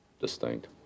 distinct